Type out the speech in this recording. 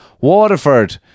Waterford